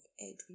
Edwin